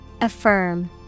Affirm